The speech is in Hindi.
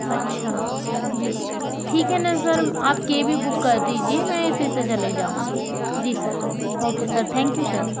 अच्छा जी ठीक है न सर आप कैब ही बुक कर दीजिए मैं इसी से चले जाऊँगी जी sir okay sir thank you sir